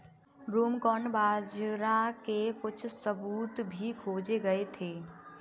broomcorn बाजरा के कुछ सबूत भी खोजे गए थे